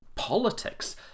Politics